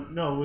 no